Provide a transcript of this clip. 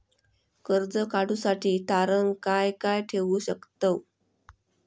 कर्ज काढूसाठी तारण काय काय ठेवू शकतव?